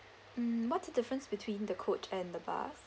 mm what's the difference between the coach and the bus